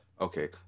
Okay